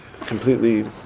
completely